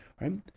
Right